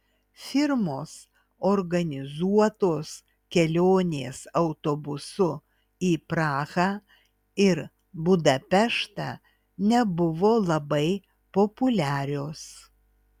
firmos organizuotos kelionės autobusu į prahą ir budapeštą nebuvo labai populiarios